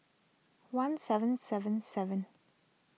one seven seven seven